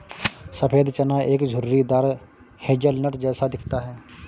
सफेद चना एक झुर्रीदार हेज़लनट जैसा दिखता है